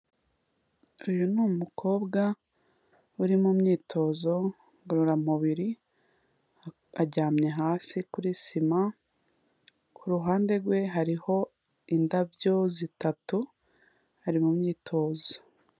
Uyu ni umukobwa uri mu myitozo ngororamubiri, aryamye hasi kuri sima, kuruhande rwe hariho indabyo zitatu, ari mu myitozo.